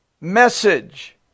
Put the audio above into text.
message